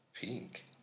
pink